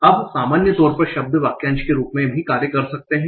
अब सामान्य तौर पर शब्द वाक्यांश के रूप में भी कार्य कर सकते हैं